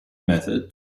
method